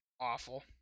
awful